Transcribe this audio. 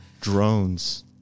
Drones